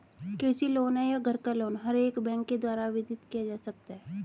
कृषि लोन हो या घर का लोन हर एक बैंक के द्वारा आवेदित किया जा सकता है